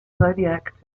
zodiac